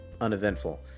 uneventful